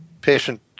patient